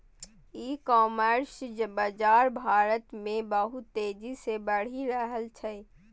ई commerce बाजार भारत मे बहुत तेजी से बढ़ि रहल छै